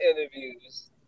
interviews